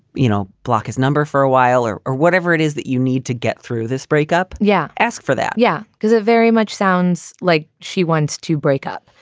you know, block his number for a while or or whatever it is that you need to get through this breakup? yeah, ask for that. yeah because it very much sounds like she wants to breakup.